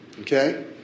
Okay